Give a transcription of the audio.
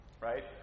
Right